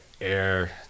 air